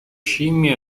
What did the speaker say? scimmie